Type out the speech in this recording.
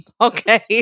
Okay